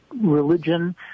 religion